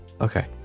Okay